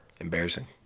Embarrassing